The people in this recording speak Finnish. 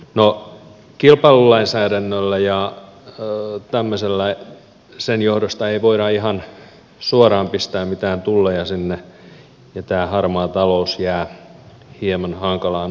no kilpailulainsäädännöllä ja tämmöisellä sen johdosta ei voida ihan suoraan pistää mitään tulleja sinne ja tämä harmaa talous jää hieman hankalaan asemaan